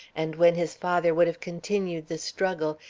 and when his father would have continued the struggle,